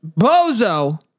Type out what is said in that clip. bozo